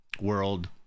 world